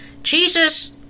Jesus